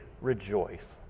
rejoice